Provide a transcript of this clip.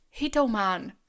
Hitoman